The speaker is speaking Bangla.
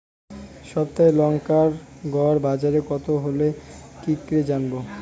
সপ্তাহে লংকার গড় বাজার কতো হলো কীকরে জানবো?